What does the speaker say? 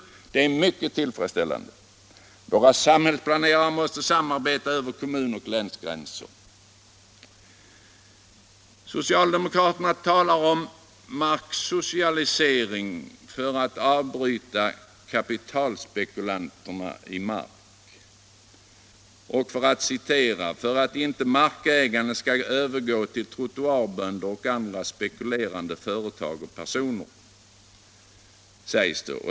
Detta är mycket tillfredsställande. Våra samhällsplanerare måste samarbeta över kommun och länsgränser. Socialdemokraterna talar om marksocialisering för att avbryta kapitalspekulationerna i mark — för att inte markägandet skall övergå till ”trottoarbönder” och andra spekulerande personer och företag.